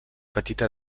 petita